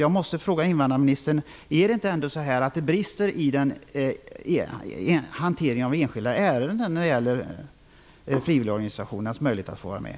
Jag måste fråga invandrarministern: Är det ändå inte så att det brister i hanteringen av enskilda ärenden när det gäller frivilligorganisationernas möjlighet att vara med?